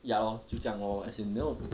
ya lor 就这样 lor as in you know